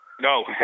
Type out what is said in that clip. No